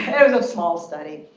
it was a small study.